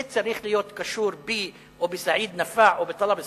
זה צריך להיות קשור בי או בסעיד נפאע או בטלב אלסאנע,